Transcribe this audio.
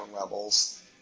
levels